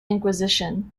inquisition